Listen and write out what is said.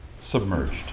submerged